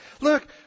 Look